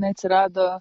jinai atsirado